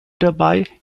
dabei